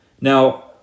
Now